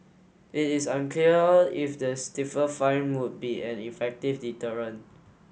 it is unclear if the stiffer fine would be an effective deterrent